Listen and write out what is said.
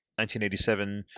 1987